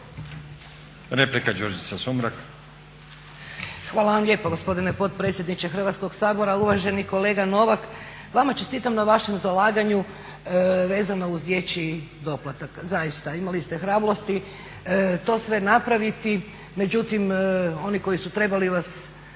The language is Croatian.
**Sumrak, Đurđica (HDZ)** Hvala vam lijepo gospodine potpredsjedniče Hrvatskog sabora. Uvaženi kolega Novak vama čestitam na vašem zalaganju vezano uz dječji doplatak. Zaista, imali ste hrabrosti to sve napraviti, međutim oni koji su trebali vas